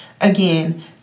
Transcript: Again